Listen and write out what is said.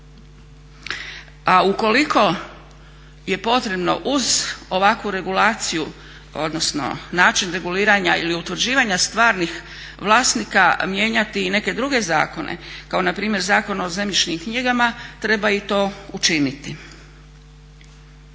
a ukoliko je potrebno uz ovakvu regulaciju odnosno način reguliranja ili utvrđivanja stvarnih vlasnika mijenjati i neke druge zakone, kao npr. Zakon o zemljišnim knjigama, treba i to učiniti.